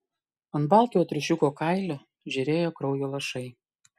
ant baltojo triušiuko kailio žėrėjo kraujo lašai